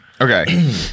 Okay